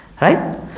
right